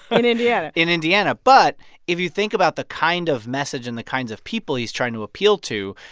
in indiana. in indiana. but if you think about the kind of message and the kinds of people he's trying to appeal to,